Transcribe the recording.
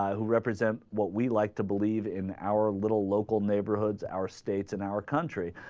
who represent what we like to believe in our little local neighborhoods our states in our country